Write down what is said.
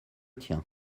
tien